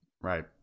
Right